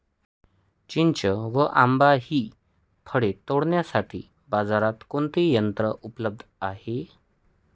चिंच व आंबा हि फळे तोडण्यासाठी बाजारात कोणते यंत्र उपलब्ध आहे?